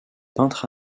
peintre